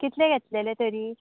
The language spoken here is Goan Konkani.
कितले घेतलेले तरी